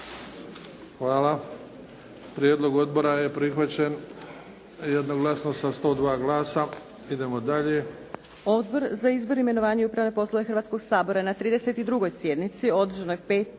Hvala. Prijedlog odbora je prihvaćen jednoglasno sa 102 glasa. Idemo dalje.